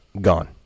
gone